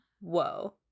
whoa